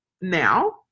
now